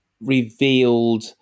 revealed